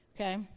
Okay